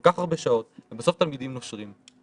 כל כך הרבה שעות ובסוף תלמידים נושרים.